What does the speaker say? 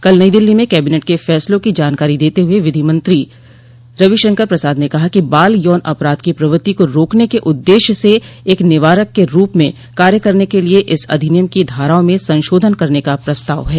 कल नई दिल्ली में कैबिनेट के फैसलों की जानकारी देते हुए विधि मंत्री रविशंकर प्रसाद ने कहा कि बाल यौन अपराध की प्रवृति को रोकने के उद्देश्य से एक निवारक के रूप में कार्य करने के लिए इस अधिनियम की धाराओं में संशोधन करने का प्रस्ताव है